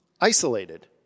isolated